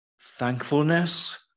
thankfulness